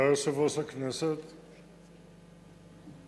יושב-ראש הכנסת, תודה,